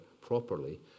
properly